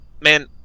man